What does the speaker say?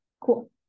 Cool